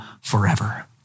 forever